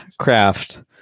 craft